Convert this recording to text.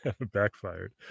Backfired